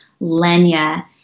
Lenya